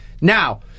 now